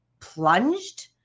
plunged